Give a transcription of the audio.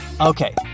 Okay